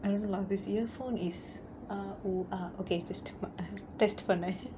I don't know lah this earphone is err oo err okay just test பண்ண:panna